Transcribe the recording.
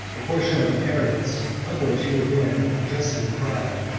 the portion of inheritance of which he had been unjustly deprived.